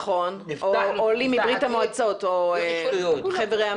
נכון, או עולים מברית המועצות, חבר העמים.